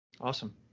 Awesome